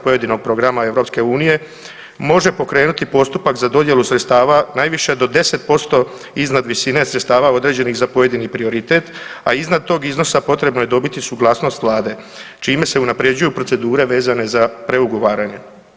pojedinog programa EU može pokrenuti postupak za dodjelu sredstava najviše do 10% iznad visine sredstava određenih za pojedini prioritet, a iznad tog iznosa potrebno je dobiti suglasnost Vlade, čime se unaprjeđuju procedure vezane za preugovaranje.